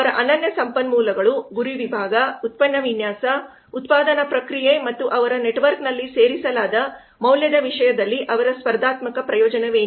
ಅವರ ಅನನ್ಯ ಸಂಪನ್ಮೂಲಗಳು ಗುರಿ ವಿಭಾಗ ಉತ್ಪನ್ನ ವಿನ್ಯಾಸ ಉತ್ಪಾದನಾ ಪ್ರಕ್ರಿಯೆ ಮತ್ತು ಅವರ ನೆಟ್ವರ್ಕ್ನಲ್ಲಿ ಸೇರಿಸಲಾದ ಮೌಲ್ಯದ ವಿಷಯದಲ್ಲಿ ಅವರ ಸ್ಪರ್ಧಾತ್ಮಕ ಪ್ರಯೋಜನವೇನು